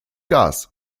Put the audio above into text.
gas